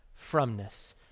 fromness